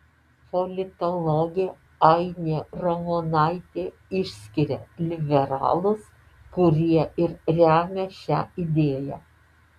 politologė ainė ramonaitė išskiria liberalus kurie ir remia šią idėją